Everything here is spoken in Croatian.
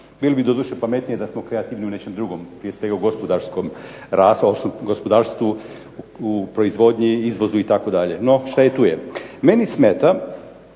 Bilo bi doduše pametnije da smo kreativni u nečem drugom, prije svega u gospodarskom …/Ne razumije se./…, gospodarstvu u proizvodnji, izvozu itd. No šta je tu je. Meni smeta,